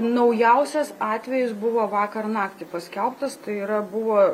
naujausias atvejis buvo vakar naktį paskelbtas tai yra buvo